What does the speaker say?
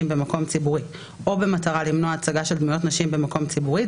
במקום ציבורי או במטרה למנוע הצגה של דמויות נשים במקום ציבורי,